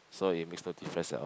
so it makes no difference at all